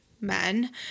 men